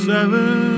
Seven